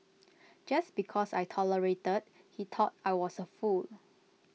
just because I tolerated he thought I was A fool